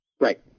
Right